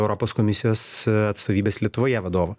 europos komisijos atstovybės lietuvoje vadovą